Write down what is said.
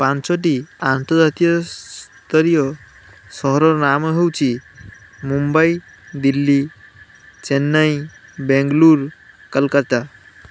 ପାଞ୍ଚଟି ଆନ୍ତର୍ଜାତୀୟ ସ୍ତରୀୟ ସହରର ନାମ ହେଉଛି ମୁମ୍ବାଇ ଦିଲ୍ଲୀ ଚେନ୍ନାଇ ବେଙ୍ଗାଲୁରୁ କୋଲକାତା